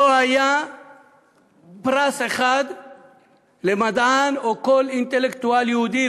לא היה פרס אחד למדען או כל אינטלקטואל יהודי,